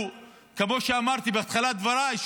כמו שאמרתי בתחילת דבריי,